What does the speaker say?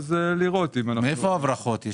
מאיפה ההברחות?